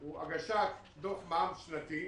הוא הגשת דוח מע"מ שנתי,